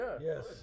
Yes